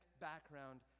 background